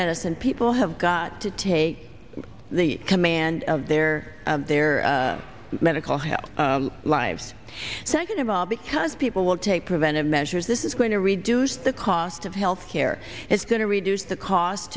medicine and people have got to take the command of their their medical health lives second of all because people will take preventive measures this is going to reduce the cost of health care it's going to reduce the cost